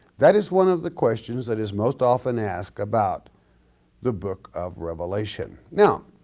that is one of the questions that is most often asked about the book of revelation. now